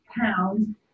pound